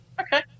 Okay